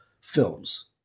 films